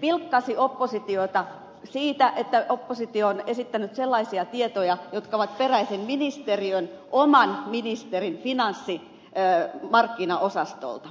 pilkkasi oppositiota siitä että oppositio on esittänyt sellaisia tietoja jotka ovat peräisin ministeriön oman ministerin finanssimarkkinaosastolta